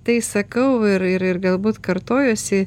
tai sakau ir ir galbūt kartojuosi